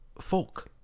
folk